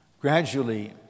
Gradually